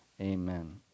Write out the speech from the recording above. amen